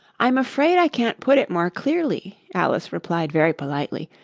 i'm afraid i can't put it more clearly alice replied very politely,